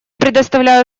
предоставляю